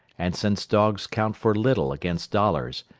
and, since dogs count for little against dollars,